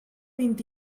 vint